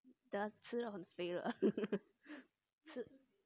吃到很肥了